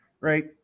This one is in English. Right